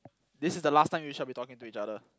this is the last time we shall be talking to each other